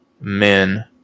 men